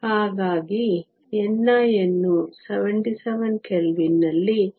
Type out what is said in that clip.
ಹಾಗಾಗಿ ni ನ್ನು 77 ಕೆಲ್ವಿನ್ನಲ್ಲಿ 4